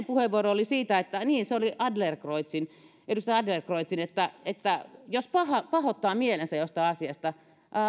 puheenvuoro se oli edustaja adlercreutzin että että jos pahoittaa mielensä jostain asiasta